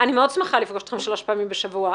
אני מאוד שמחה לפגוש אתכם שלוש פעמים בשבוע,